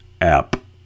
app